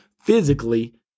physically